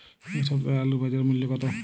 এ সপ্তাহের আলুর বাজার মূল্য কত?